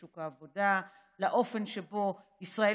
לשוק העבודה, לאופן שבו ישראל